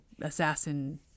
assassin